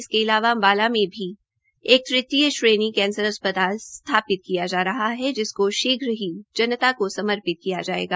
इसके अलावा अम्बाला में भी एक तृतीय श्रेणी कैंसर अस्पताल स्थापित किया जा रहा है जिसकों शीघ्र ही जनता को समर्पित किया जायेगा